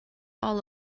all